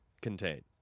contain